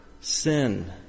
sin